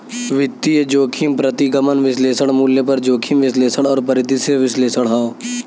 वित्तीय जोखिम प्रतिगमन विश्लेषण, मूल्य पर जोखिम विश्लेषण और परिदृश्य विश्लेषण हौ